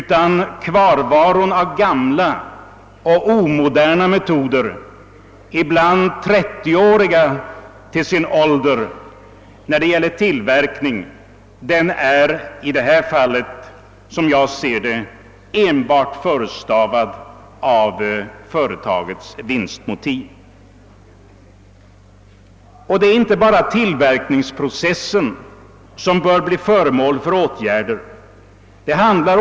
Kvarvaron av gamla, omoderna — ibland 30-åriga — tillverkningsmetoder är, som jag ser det, förestavad enbart av företagets vinstmotiv. Det är inte bara tillverkningsprocessen som bör bli föremål för åtgärder.